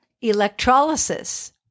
electrolysis